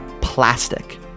plastic